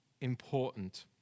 important